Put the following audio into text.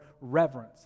reverence